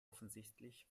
offensichtlich